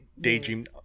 daydream